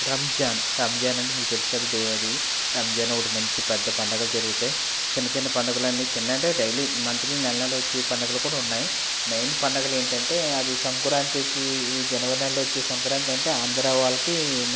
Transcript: రంజాన్ రంజాన్ అంటే మీకు తెలుసు కదా రంజాన్ అనేది ఒక మంచి పెద్ద పండుగలు జరుగుతాయి చిన్న చిన్న పండుగలు అన్నీ చిన్నయంటే అంటే డైలీ మంత్లీ నెల నెల వచ్చే పండుగలు కూడా ఉన్నాయి మెయిన్ పండుగలు ఏంటంటే అది సంకురాంతికి జనవరి నెలలో వచ్చే సంకురాంతి అంటే ఆంధ్ర వాళ్ళకి